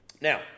Now